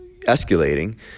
escalating